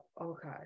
Okay